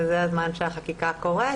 וזה הזמן שהחקיקה קורית.